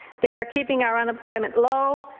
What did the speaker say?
they are keeping our unemployment low.